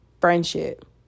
friendship